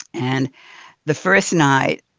and the first night,